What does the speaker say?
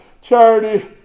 Charity